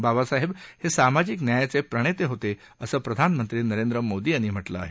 बाबासाहेब हे सामाजिक न्यायाचे प्रणेते होते असं प्रधानमंत्री नरेंद्र मोदी यांनी म्हटलं आहे